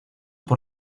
por